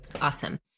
Awesome